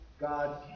God